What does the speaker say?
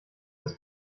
des